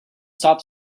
stop